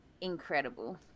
incredible